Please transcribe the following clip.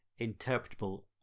interpretable